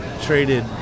traded